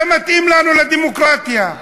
זה מתאים לנו לדמוקרטיה.